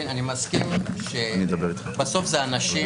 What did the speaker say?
אני מסכים שבסוף זה אנשים,